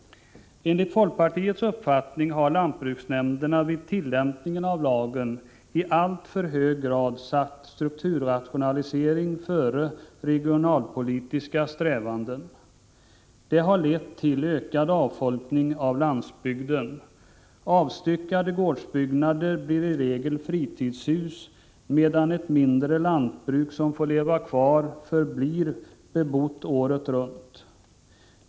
Enligt folkpartiets uppfattning har lantbruksnämnderna vid tillämpningen av lagen i alltför hög grad satt strukturrationalisering före regionalpolitiska strävanden. Det har lett till ökad avfolkning av landsbygden. Avstyckade gårdsbyggnader blir i regel fritidshus, medan ett mindre lantbruk som får leva kvar förblir bebott året runt.